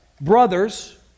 brothers